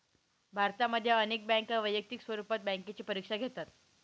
भारतामध्ये अनेक बँका वैयक्तिक स्वरूपात बँकेची परीक्षा घेतात